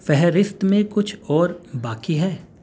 فہرست میں کچھ اور باقی ہے